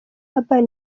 urban